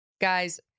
guys